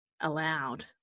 allowed